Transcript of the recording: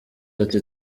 ati